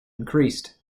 increased